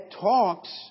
talks